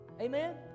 amen